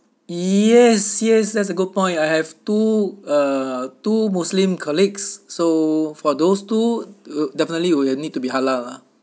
yes yes that's a good point I have two uh two muslim colleagues so for those two definitely we'll need to be halal lah